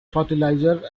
fertilizer